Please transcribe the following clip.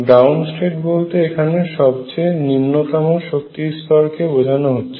ground state বলতে এখানে সবচেয়ে নিম্নতম শক্তিস্তর কে বোঝানো হচ্ছে